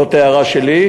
זאת הערה שלי,